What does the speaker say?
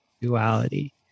duality